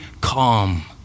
calm